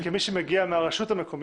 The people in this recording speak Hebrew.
וכמי שמגיע מהרשות המקומית,